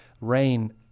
rain